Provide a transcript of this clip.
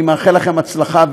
אני מאחל לכם הצלחה,